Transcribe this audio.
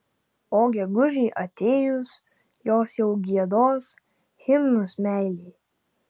o gegužei atėjus jos jau giedos himnus meilei